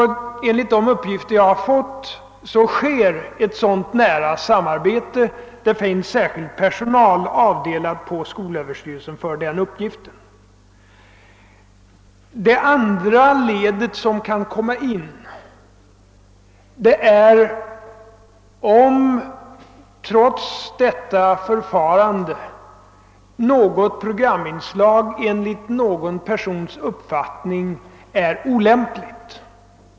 Enligt de uppgifter jag har fått bedrivs ett sådant nära samarbete — särskild personal finns avdelad inom skolöverstyrelsen för den uppgiften. Det andra led som kan komma in är en hänvändelse till radionämnden, om trots detta förfarande något programinslag enligt någon persons uppfattning är olämpligt.